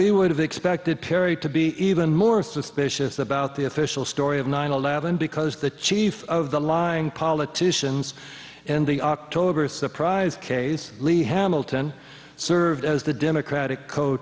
we would have expected perry to be even more suspicious about the official story of nine eleven because the chief of the lying politicians in the october surprise case lee hamilton served as the democratic co